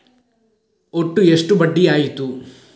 ಒಟ್ಟು ಎಷ್ಟು ಬಡ್ಡಿ ಆಯಿತು?